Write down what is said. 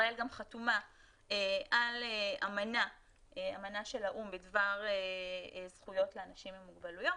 ישראל גם חתומה על אמנה של האו"ם בדבר זכויות לאנשים עם מוגבלויות,